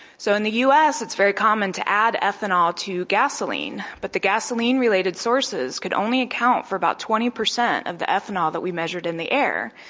so in the us it's very common to add ethanol to gasoline, but the gasoline related sources could only account for about twenty percent of the ethanol that we measured in the air,